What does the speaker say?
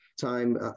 time